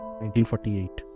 1948